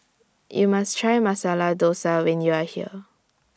YOU must Try Masala Dosa when YOU Are here